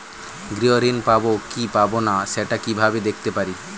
গৃহ ঋণ পাবো কি পাবো না সেটা কিভাবে দেখতে পারি?